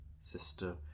sister